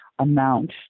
Amount